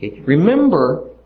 Remember